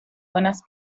buenas